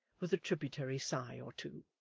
with a tributary sigh or two.